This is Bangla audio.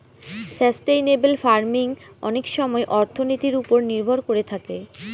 সাস্টেইনেবেল ফার্মিং অনেক সময় অর্থনীতির ওপর নির্ভর করে থাকে